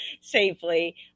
safely